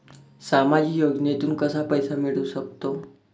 सामाजिक योजनेतून कसा पैसा मिळू सकतो?